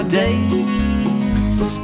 days